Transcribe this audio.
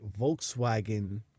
Volkswagen